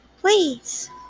Please